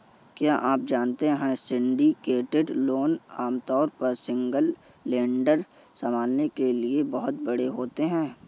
क्या आप जानते है सिंडिकेटेड लोन आमतौर पर सिंगल लेंडर संभालने के लिए बहुत बड़े होते हैं?